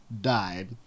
died